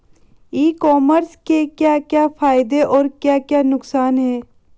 ई commerce के क्या क्या फायदे और क्या क्या नुकसान है?